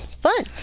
fun